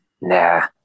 Nah